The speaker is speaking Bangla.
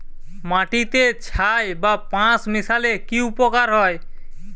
মাটিতে ছাই বা পাঁশ মিশালে কি উপকার হয়?